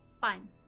Fine